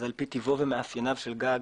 לפי טיבו ומאפייניו של גג,